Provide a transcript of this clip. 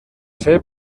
ser